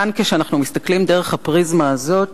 כאן, כשאנחנו מסתכלים דרך הפריזמה הזאת,